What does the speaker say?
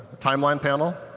time line panel?